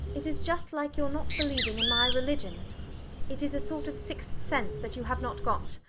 it is just like your not believing in my religion it is a sort of sixth sense that you have not got.